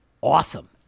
awesome